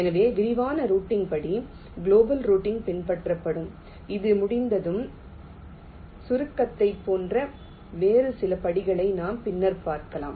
எனவே விரிவான ரூட்டிங் படி குளோபல் ரூட்டிங் பின்பற்றப்படும் இது முடிந்ததும் சுருக்கத்தைப் போன்ற வேறு சில படிகளை நாம் பின்னர் காணலாம்